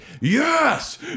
yes